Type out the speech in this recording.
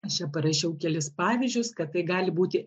aš čia parašiau kelis pavyzdžius kad tai gali būti